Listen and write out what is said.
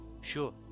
sure